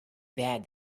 bad